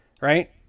Right